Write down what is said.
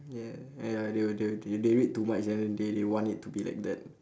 ya eh ya they would they would they'll read too much ya then they they want it to be like that